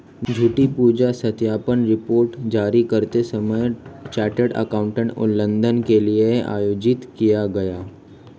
झूठी पूंजी सत्यापन रिपोर्ट जारी करते समय चार्टर्ड एकाउंटेंट उल्लंघन के लिए आयोजित किया गया